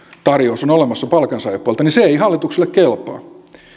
tarjous on olemassa palkansaajapuolelta niin se ei hallitukselle kelpaa